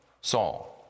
Saul